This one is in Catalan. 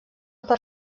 per